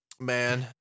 man